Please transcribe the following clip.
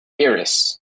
Iris